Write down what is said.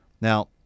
Now